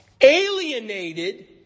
Alienated